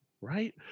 right